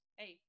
hey